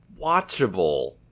watchable